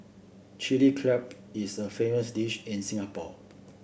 Chilli Crab is a famous dish in Singapore